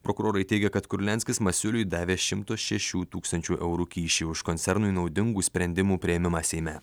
prokurorai teigia kad kurlianskis masiuliui davė šimto šešių tūkstančių eurų kyšį už koncernui naudingų sprendimų priėmimą seime